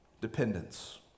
dependence